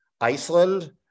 iceland